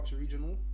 Regional